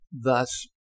thus